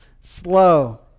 slow